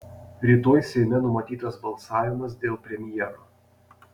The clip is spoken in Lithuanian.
rytoj seime numatytas balsavimas dėl premjero